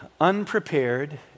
unprepared